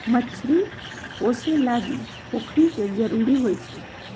मछरी पोशे लागी पोखरि के जरूरी होइ छै